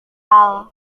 hal